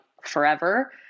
forever